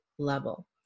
Level